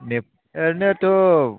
ओरैनोथ'